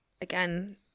again